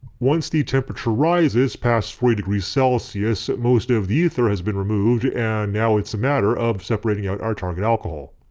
once the temperature rises past forty degrees celsius most of the ether has been removed and now it's a matter of separating out our target alcohol.